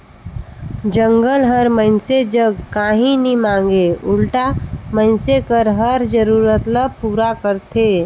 जंगल हर मइनसे जग काही नी मांगे उल्टा मइनसे कर हर जरूरत ल पूरा करथे